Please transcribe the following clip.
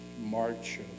March